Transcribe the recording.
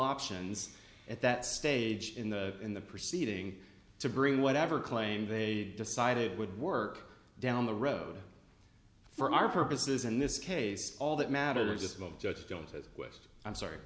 options at that stage in the in the proceeding to bring whatever claim they decided would work down the road for our purposes in this case all that matters just not just going to west i'm sorry